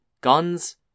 guns